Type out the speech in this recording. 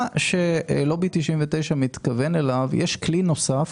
יש כלי נוסף,